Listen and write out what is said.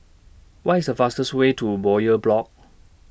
What IS The fastest Way to Bowyer Block